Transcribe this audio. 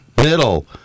Middle